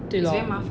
对 lor